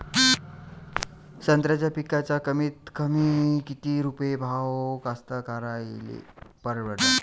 संत्र्याचा पिकाचा कमीतकमी किती रुपये भाव कास्तकाराइले परवडन?